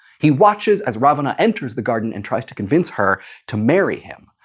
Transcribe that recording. he watches as ravana enters the garden and tries to convince her to marry him.